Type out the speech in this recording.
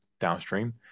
downstream